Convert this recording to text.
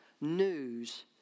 news